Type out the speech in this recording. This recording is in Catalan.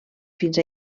fins